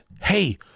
hey